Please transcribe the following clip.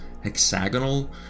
hexagonal